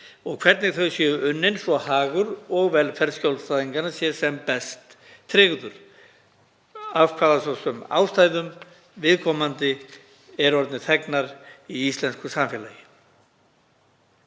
og hvernig þau verði unnin svo að hagur og velferð skjólstæðinganna sé sem best tryggð, af hvaða ástæðum viðkomandi eru orðnir þegnar í íslensku samfélagi.